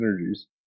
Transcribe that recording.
energies